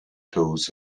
toes